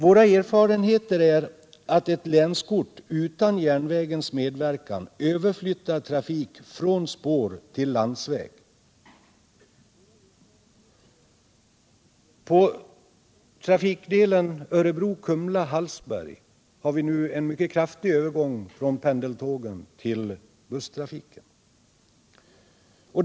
Våra erfarenheter är att ett länskort utan järnvägens medverkan överflyttar trafik från spår till landsväg — på trafikdelen Örebro-Kumla-Hallsberg har vi nu en mycket kraftig övergång från pendeltågen till busstrafiken.